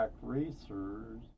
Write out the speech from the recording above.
racers